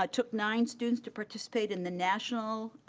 ah took nine students to participate in the national